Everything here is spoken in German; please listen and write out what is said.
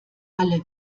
alle